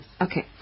Okay